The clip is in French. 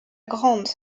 grande